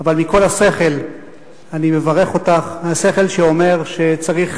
אבל מכל השכל אני מברך אותך, השכל שאומר שצריך